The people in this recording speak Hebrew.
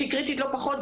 שהיא קריטית לא פחות,